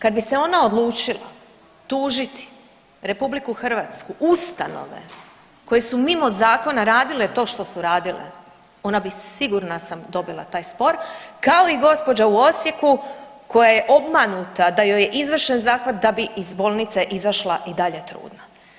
Kad bi se ona odlučila tužiti RH, ustanove koje su mimo zakona radile to što su radile, ona bi sigurna sam dobila taj spor, kao i gospođa u Osijeku koja je obmanuta da joj je izvršen zahvat da bi iz bolnice izašla i dalje trudna.